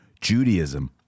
Judaism